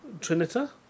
Trinita